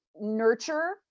nurture